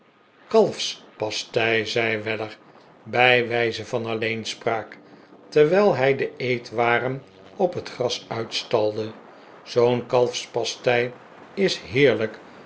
ontpakken kalfspastei zei weller bij wijze van alleenspraak terwijl hij de eetwaren op het gras uitstalde zoo'n kalfspastei is heerlijk